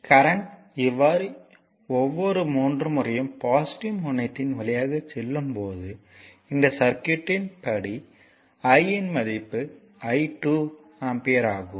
current இவ்வாறு ஒவ்வொரு 3 முறையும் பாசிட்டிவ் முனையத்தின் வழியாக செல்லும் போது இந்த சர்க்யூட்யின் படி I இன் மடிப்பு 12 ஆம்ப்யர் ஆகும்